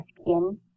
skin